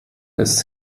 ist